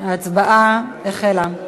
ההצבעה החלה.